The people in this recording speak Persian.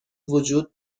وجود